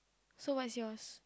so what is yours